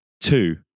two